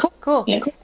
Cool